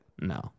No